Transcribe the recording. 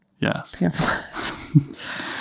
yes